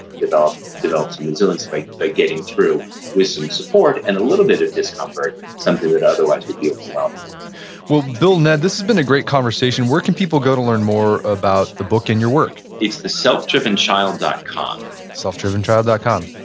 develop develop some resilience by by getting through with some support and a little bit of discomfort, something that otherwise would be overwhelming well, bill and ned, this has been a great conversation. where can people go to learn more about the book and your work? it's the selfdrivenchild dot com selfdrivenchild dot com.